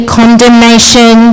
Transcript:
condemnation